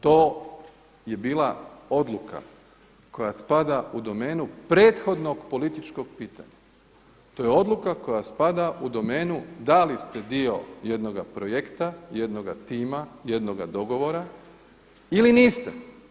To je bila odluka koja spada u domenu prethodnog političkog pitanja, to je odluka koja spada u domenu da li ste dio jednoga projekta, jednoga tima, jednoga dogovora ili niste.